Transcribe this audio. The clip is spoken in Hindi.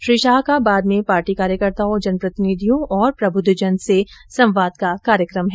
श्री शाह का बाद में पार्टी कार्यकर्ताओं जनप्रतिनिधियों और प्रबुद्धजन से संवाद का कार्यक्रम है